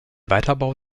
weiterbau